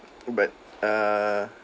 but err